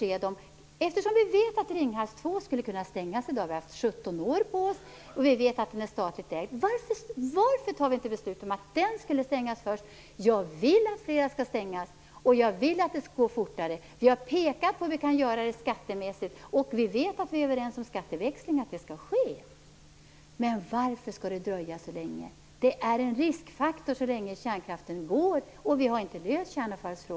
Eftersom vi vet att Ringhals 2 skulle kunna stängas i dag - vi har haft 17 år på oss, och vi vet att den är statligt ägd - varför fattar vi då inte beslut om att den skall stängas först? Jag vill att fler reaktorer skall stängas, och jag vill att det skall gå fortare. Vi har pekat på hur man kan göra detta skattemässigt. Vi vet att vi är överens om att det skall ske en skatteväxling. Men varför skall det dröja så länge? Det är en riskfaktor så länge kärnkraften produceras, och vi har inte löst frågan om kärnavfallet.